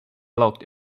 locked